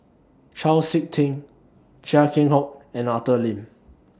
Chau Sik Ting Chia Keng Hock and Arthur Lim